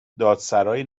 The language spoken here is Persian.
دادسرای